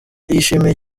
yishimiye